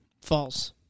False